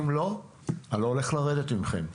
אם לא, אני לא הולך לרדת מכם.